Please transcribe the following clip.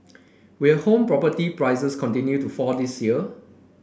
will home property prices continue to fall this year